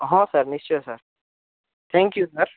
ହଁ ସାର୍ ନିଶ୍ଚୟ sir thank you sir